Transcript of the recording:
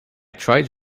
tried